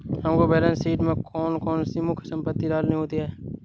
हमको balance sheet में कौन कौन सी मुख्य संपत्ति डालनी होती है?